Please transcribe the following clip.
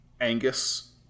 Angus